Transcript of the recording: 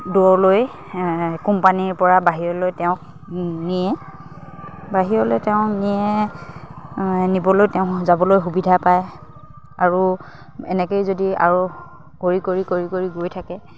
দূৰলৈ কোম্পানীৰপৰা বাহিৰলৈ তেওঁক নিয়ে বাহিৰলৈ তেওঁক নিয়ে নিবলৈ তেওঁ যাবলৈ সুবিধা পায় আৰু এনেকৈয়ে যদি আৰু কৰি কৰি কৰি কৰি গৈ থাকে